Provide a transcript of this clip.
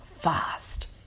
fast